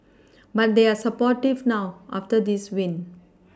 but they are supportive now after this win